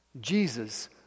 Jesus